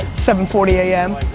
seven forty a m.